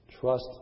Trust